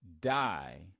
die